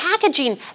packaging